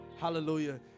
Hallelujah